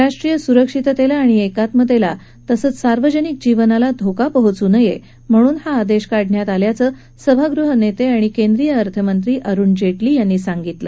राष्ट्रीय सुरक्षिततेला आणि एकात्मतेला तसंच सार्वजनिक जीवनाला धोका पोहोचू नये म्हणून हा आदेश काढण्यात आल्याचं सभागृह नेते आणि केंद्रीय अर्थमंत्री अरुण जेटली यांनी सांगितलं